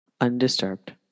undisturbed